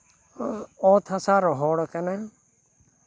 ᱚᱛ ᱦᱟᱥᱟ ᱨᱚᱦᱚᱲ ᱠᱟᱱᱟ